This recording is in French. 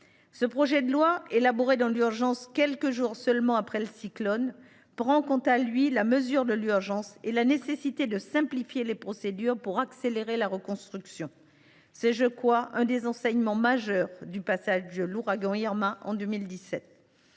Ce projet de loi, élaboré quelques jours seulement après le passage du cyclone, prend la mesure de l’urgence et de la nécessité de simplifier les procédures pour accélérer la reconstruction. C’est, me semble t il, l’un des enseignements majeurs du passage de l’ouragan Irma en 2017.